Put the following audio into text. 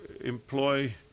employ